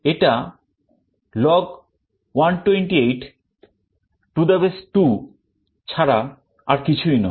এটা log2 128 ছাড়া আর কিছুই নয়